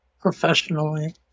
professionally